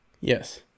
Yes